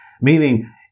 meaning